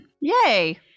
Yay